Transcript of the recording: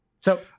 So-